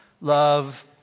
love